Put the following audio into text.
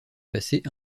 passer